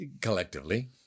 collectively